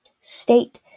state